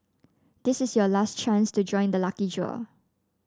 this is your last chance to join the lucky draw